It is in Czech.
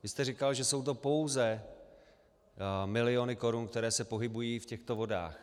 Vy jste říkal, že jsou to pouze miliony korun, které se pohybují v těchto vodách.